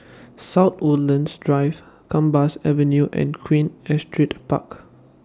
South Woodlands Drive Gambas Avenue and Queen Astrid Park